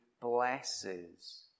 blesses